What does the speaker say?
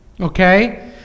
Okay